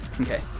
Okay